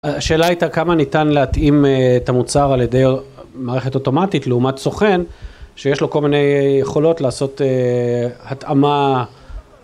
השאלה הייתה כמה ניתן להתאים את המוצר על ידי מערכת אוטומטית לעומת סוכן שיש לו כל מיני אה.. יכולות לעשות אה... התאמה...